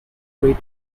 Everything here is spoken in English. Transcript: rate